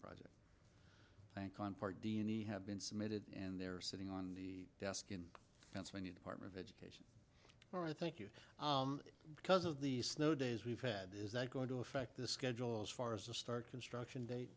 he have been submitted and they're sitting on the desk in pennsylvania department of education where i think you because of the snow days we've had is that going to affect the schedule as far as the start construction